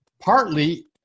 partly